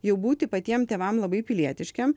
jau būti patiem tėvam labai pilietiškiem